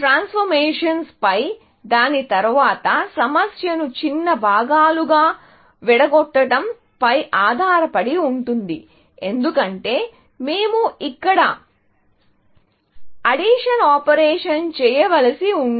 transformations పై దాని తరువాత సమస్యను చిన్న భాగాలుగా విడగొట్టడం పై ఆధారపడి ఉంటుంది ఎందుకంటే మేము ఇక్కడ ఆడిషన్ ఆపరేషన్ చేయవలసి ఉంది